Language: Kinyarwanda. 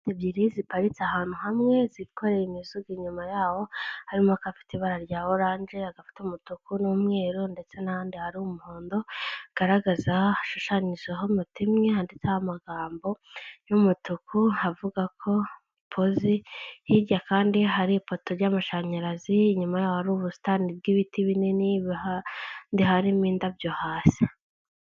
Ebyiri ziparitse ahantu hamwe zikoreye imizigo inyuma yaho harimo akafite ibara rya oranje, agafite umutuku n'umweru ndetse n'ahandi hari umuhondo, hagaragaza hashushanyijeho moto imwe, handitseho amagambo y'umutuku havuga ko pozi, hirya kandi hari ipoto ry'amashanyarazi, inyuma yaho hari ubusitani bw'ibiti binini biha ahandi harimo indabyo hasi.